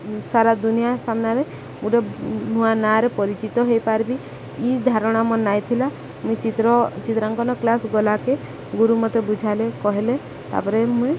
ସାରା ଦୁନିଆଁ ସାମ୍ନାରେ ଗୋଟେ ନୂଆ ନାଁରେ ପରିଚିତ ହେଇପାରିବି ଇ ଧାରଣା ମୋର୍ ନାଇଁଥିଲା ମୁଇଁ ଚିତ୍ର ଚିତ୍ରାଙ୍କନ କ୍ଲାସ୍ ଗଲାକେ ଗୁରୁ ମତେ ବୁଝାଲେ କହିଲେ ତାପରେ ମୁଇଁ